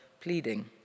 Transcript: pleading